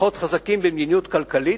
פחות חזקים במדיניות כלכלית,